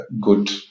good